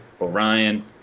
Orion